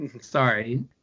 Sorry